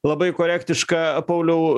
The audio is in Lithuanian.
labai korektiška pauliau